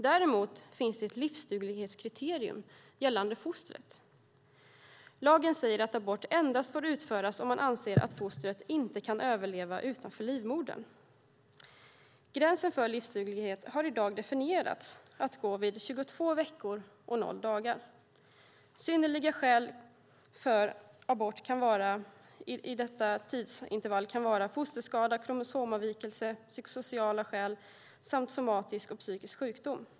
Däremot finns det ett livsduglighetskriterium gällande fostret. Lagen säger att abort endast får utföras om man anser att fostret inte kan överleva utanför livmodern. Gränsen för livsduglighet har i dag definierats till att gå vid 22 veckor och 0 dagar. Synnerliga skäl för abort i detta tidsintervall kan vara fosterskada, kromosomavvikelse, psykosociala skäl samt somatisk och psykisk sjukdom.